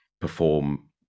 perform